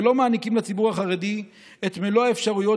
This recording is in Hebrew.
והם לא מעניקים לציבור החרדי את מלוא האפשרויות,